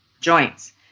joints